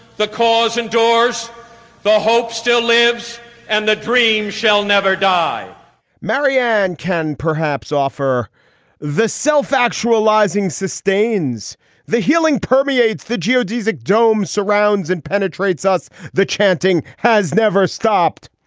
the cause endorsed, the hope still lives and the dream shall never die marianne can perhaps offer the self-actualizing self-actualizing sustains the healing permeates the geodesic dome, surrounds and penetrates us. the chanting has never stopped.